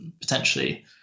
potentially